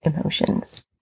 emotions